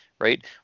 right